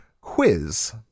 quiz